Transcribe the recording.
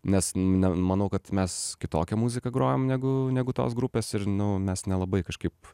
nes ne manau kad mes kitokią muziką grojam negu negu tos grupės ir nu mes nelabai kažkaip